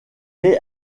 est